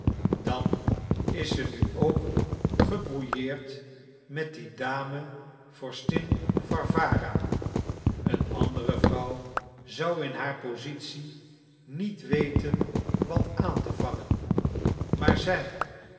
dan is ze nu ook gebrouilleerd met die dame vorstin warwara een andere vrouw zou in haar positie niet weten wat aan te vangen maar zij nu